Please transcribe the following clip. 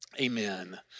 amen